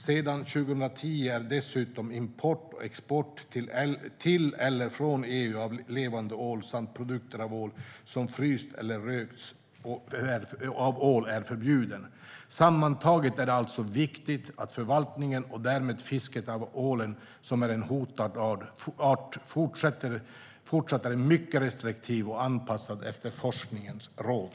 Sedan 2010 är dessutom import och export till eller från EU av levande ål samt produkter av ål, som fryst eller rökt ål, förbjuden. Sammantaget är det alltså viktigt att förvaltningen och därmed fisket av ålen, som är en hotad art, fortsatt är mycket restriktiv och anpassad efter forskningens råd.